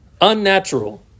Unnatural